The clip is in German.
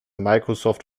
microsoft